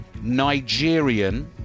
Nigerian